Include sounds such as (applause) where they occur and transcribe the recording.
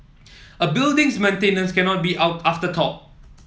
a building's maintenance cannot be (unintelligible) afterthought